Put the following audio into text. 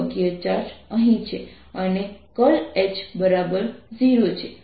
તેથી આપણે આ ઇન્ટિગ્રલ ની ગણતરી કરવી પડશે